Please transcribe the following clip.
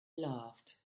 laughed